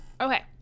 Okay